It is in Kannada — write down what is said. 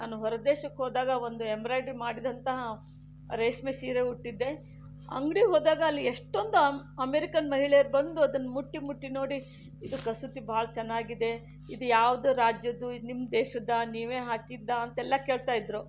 ನಾನು ಹೊರದೇಶಕ್ಕೆ ಹೋದಾಗ ಒಂದು ಎಂಬ್ರಾಯ್ಡ್ರಿ ಮಾಡಿದಂತಹ ರೇಷ್ಮೆ ಸೀರೆ ಉಟ್ಟಿದ್ದೆ ಅಂಗಡಿಗೆ ಹೋದಾಗ ಅಲ್ಲಿ ಎಷ್ಟೊಂದು ಅಮೇರಿಕನ್ ಮಹಿಳೆಯರು ಬಂದು ಅದನ್ನು ಮುಟ್ಟಿ ಮುಟ್ಟಿ ನೋಡಿ ಇದು ಕಸೂತಿ ಬಹಳ ಚೆನ್ನಾಗಿದೆ ಇದು ಯಾವುದು ರಾಜ್ಯದ್ದು ಇದು ನಿಮ್ಮ ದೇಶದ್ದಾ ನೀವೇ ಹಾಕಿದ್ದಾ ಅಂತೆಲ್ಲ ಕೇಳ್ತಾ ಇದ್ದರು